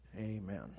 Amen